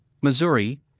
Missouri